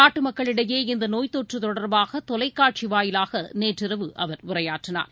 நாட்டு மக்களிடையே இந்த நோய் தொற்று தொடர்பாகதொலைக்காட்சி வாயிலாக நேற்றிரவு அவர் உரையாற்றினார்